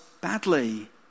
badly